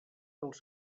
dels